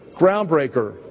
Groundbreaker